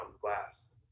glass